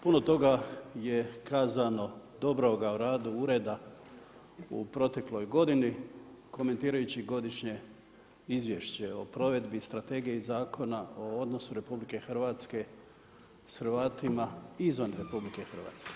Puno toga je kazano dobroga o radu ureda u protekloj godini, komentirajući godišnje izvješće o provedbi strategije i zakona o odnosu RH s Hrvatima izvan RH.